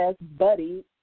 Buddy